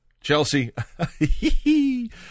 Chelsea